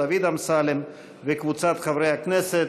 דוד אמסלם וקבוצת חברי הכנסת.